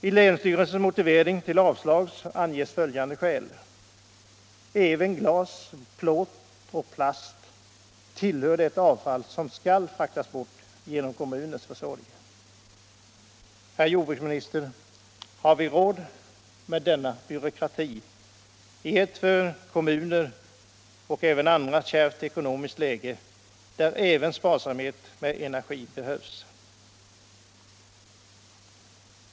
I länsstyrelsens motivering för avslag anges följande skäl: ”Även glas, plåt och plast tillhör det avfall som skall fraktas bort genom kommunens försorg.” Herr jordbruksminister! Har vi råd med denna byråkrati i ett för kommuner och även andra kärvt ekonomiskt läge, där även sparsamhet med energi behövs?